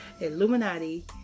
Illuminati